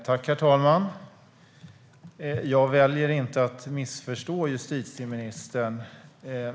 Herr talman! Jag väljer inte att missförstå justitieministern.